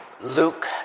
Luke